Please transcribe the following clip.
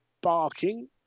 barking